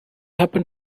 happen